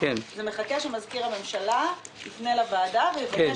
זה מחכה שמזכיר הממשלה יפנה לוועדה ויבקש